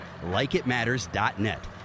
LikeItMatters.net